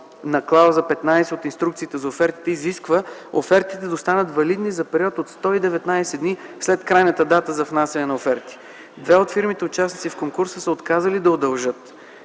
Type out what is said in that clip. на клауза 15 от Инструкциите за офертите изисква офертите да останат валидни за период от 119 дни след крайната дата за внасяне на оферти. Две от фирмите – участници в конкурса, са отказали да удължат